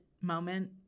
moment